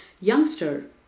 youngster